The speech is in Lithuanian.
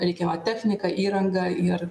reikiamą techniką įrangą ir